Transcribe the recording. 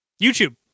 YouTube